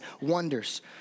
wonders